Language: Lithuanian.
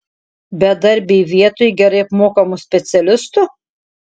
bedarbiai vietoj gerai apmokamų specialistų